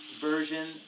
version